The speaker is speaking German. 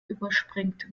überspringt